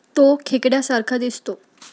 तो खेकड्या सारखा दिसतो